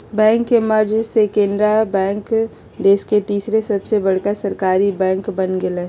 bank के मर्ज से केनरा बैंक देश के तीसर सबसे बड़का सरकारी बैंक बन गेलय